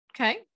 okay